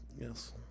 yes